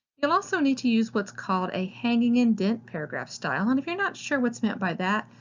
you'll also need to use what's called a hanging indent paragraph style and if you're not sure what's meant by that,